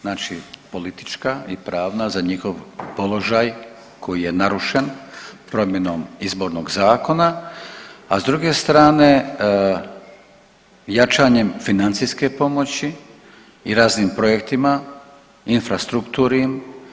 Znači politička i pravna za njihov položaj koji je narušen promjenom Izbornog zakona, a s druge strane jačanjem financijske pomoći i raznim projektima infrastrukturnim.